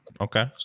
Okay